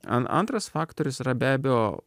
an antras faktorius yra be abejo